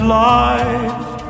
life